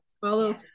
follow